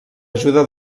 ajuda